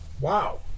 Wow